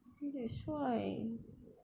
that's why